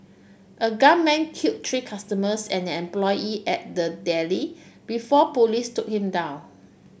a gunman killed three customers and an employee at the deli before police took him down